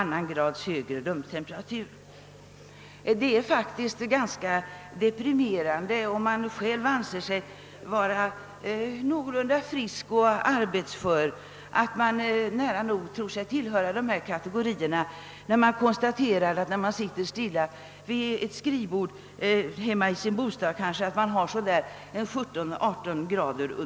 annan grad högre medeltemperatur. När man själv anser sig frisk och arbetsför är det faktiskt ganska deprimerande att känna att man kanske ändå tillhör dessa kategorier, eftersom man fryser när man sitter hemma vid sitt skrivbord trots att man har en rumstemperatur på 17—18 grader.